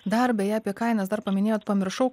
dar beje apie kainas dar paminėjot pamiršau